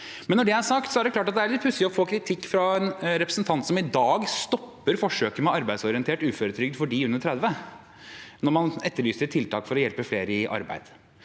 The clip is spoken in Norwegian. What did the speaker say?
Når det er sagt, er det litt pussig å få kritikk fra en representant som i dag stopper forsøket med arbeidsorientert uføretrygd for dem under 30 år, når man etterlyser tiltak for å hjelpe flere i arbeid.